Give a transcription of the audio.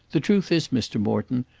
the truth is, mr. morton,